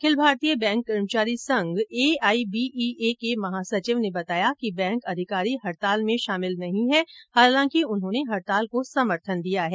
अखिल भारतीय बैंक कर्मचारी संघ एआईबीईए के महासचिव ने बताया कि बैंक अधिकारी हड़ताल में शामिल नहीं है हालांकि उन्होंने हड़ताल को समर्थन दिया है